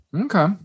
Okay